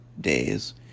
days